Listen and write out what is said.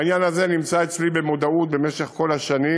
גם העניין הזה נמצא אצלי במודעות במשך כל השנים,